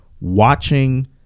watching